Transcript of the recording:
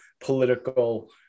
political